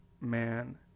man